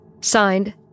Signed